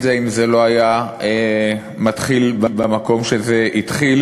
זה אם זה לא היה מתחיל במקום שזה התחיל,